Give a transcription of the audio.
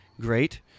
great